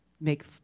make